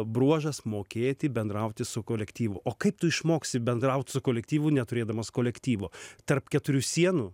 bruožas mokėti bendrauti su kolektyvu o kaip tu išmoksi bendraut su kolektyvu neturėdamas kolektyvo tarp keturių sienų